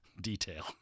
detail